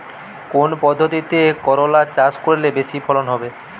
কোন পদ্ধতিতে করলা চাষ করলে বেশি ফলন হবে?